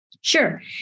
Sure